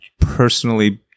personally